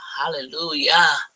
hallelujah